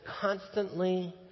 constantly